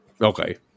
Okay